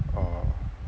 oh